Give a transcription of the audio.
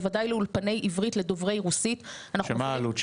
בוודאי לאולפני עברית לדוברי רוסית --- שמה העלות שלה?